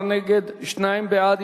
14 נגד, שניים בעד.